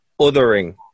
othering